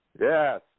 Yes